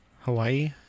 Hawaii